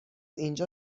اینجا